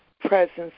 presence